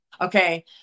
Okay